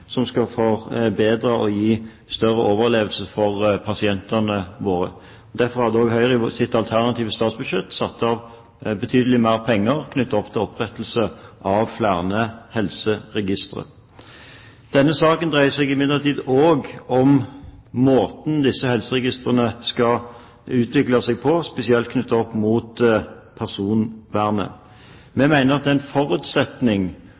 som skal gi større overlevelse for pasientene våre. Derfor har Høyre i sitt alternative statsbudsjett satt av betydelig mer penger knyttet til opprettelse av flere helseregistre. Denne saken dreier seg imidlertid også om hvordan helseregistrene skal utvikles, spesielt opp mot personvernet. Vi mener at det er en forutsetning